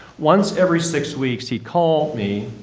once every six weeks he'd call me,